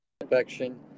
infection